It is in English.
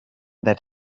that